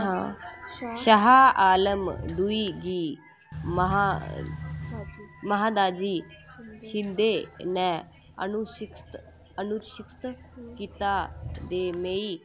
शाह आलमदुई गी महादाजी शिंदे ने अनुरक्षत कीता ते मेई